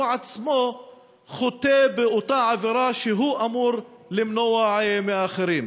הוא עצמו חוטא באותה עבירה שהוא אמור למנוע מאחרים.